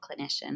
clinician